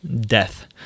death